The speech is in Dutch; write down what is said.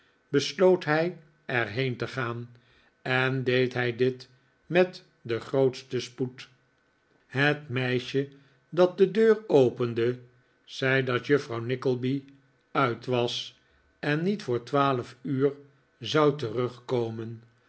besloot hij er heen te gaan en deed hij dit met den grootsten spoed het meisje dat de deur opende zei dat juffrouw nickleby uit was en niet voor twaalf uur zou terugkomen